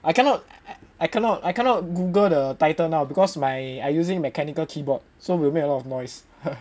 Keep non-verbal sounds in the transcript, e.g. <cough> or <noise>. I cannot I cannot I cannot Google the title now because my I using mechanical keyboard so will make a lot of noise <laughs>